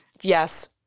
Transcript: yes